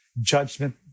Judgment